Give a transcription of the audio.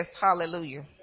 hallelujah